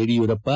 Yediyurappa